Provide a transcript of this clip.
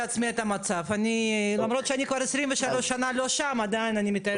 לימים האחרונים היא הייתה סבירה ואני חושבת שלימים הראשונים בהחלט נתנו